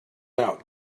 out